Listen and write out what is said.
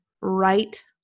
right